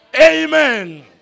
Amen